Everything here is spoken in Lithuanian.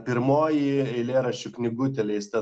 pirmoji eilėraščių knygutė leista